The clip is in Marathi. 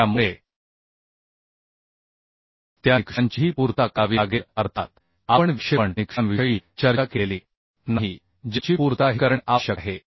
त्यामुळे त्या निकषांचीही पूर्तता करावी लागेल अर्थात आपण विक्षेपण निकषांविषयी चर्चा केलेली नाही ज्यांची पूर्तताही करणे आवश्यक आहे